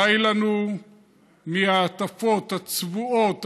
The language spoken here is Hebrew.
די לנו מההטפות הצבועות,